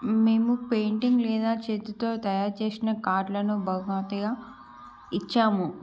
మేము పెయింటింగ్ లేదా చేతితో తయారు చేసిన కార్డులను బహుమతిగా ఇచ్చాము